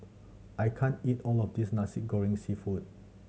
I can't eat all of this Nasi Goreng Seafood